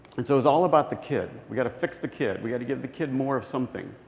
and so it was all about the kid. we got to fix the kid. we got to give the kid more of something.